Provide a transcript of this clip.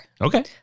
Okay